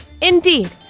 Indeed